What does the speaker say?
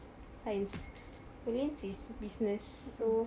science erwin's is business